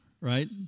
right